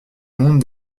monde